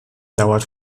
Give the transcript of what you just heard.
dauert